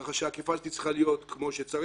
כך שהאכיפה הזאת צריכה להיות כמו שצריך.